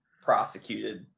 Prosecuted